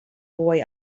boy